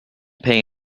pay